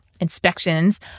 Inspections